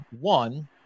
one